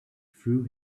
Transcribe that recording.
threw